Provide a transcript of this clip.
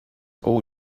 all